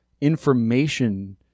information